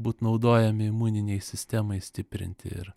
būt naudojami imuninei sistemai stiprinti ir